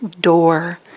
door